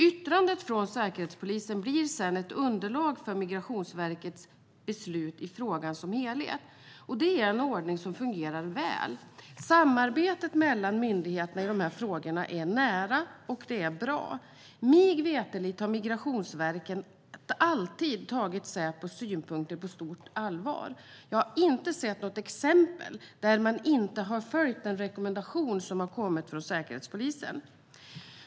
Yttrandet från Säkerhetspolisen blir sedan ett underlag för Migrationsverkets beslut i frågan som helhet. Detta är en ordning som fungerar väl. Samarbetet mellan myndigheterna i de här frågorna är nära, och det är bra. Mig veterligen har Migrationsverket alltid tagit Säpos synpunkter på stort allvar. Jag har inte sett något exempel där man inte har följt den rekommendation som har kommit från Säkerhetspolisen.